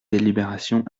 délibération